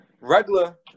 regular